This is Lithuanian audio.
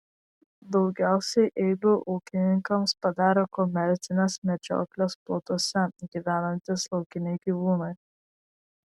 daugiausiai eibių ūkininkams padarė komercinės medžioklės plotuose gyvenantys laukiniai gyvūnai